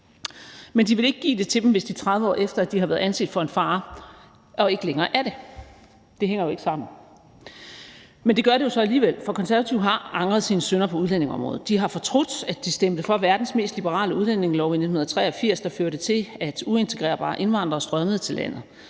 men de vil ikke give det til dem, der for 30 år siden ansås som en fare, men ikke længere er det. Det hænger jo ikke sammen. Men det gør det så alligevel, for De Konservative har angret sine synder på udlændingeområdet. De har fortrudt, at de stemte for verdens mest liberale udlændingelov i 1983, der førte til, at uintegrerbare indvandrere strømmede til landet.